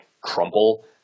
crumple